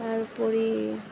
তাৰ উপৰি